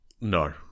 No